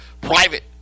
private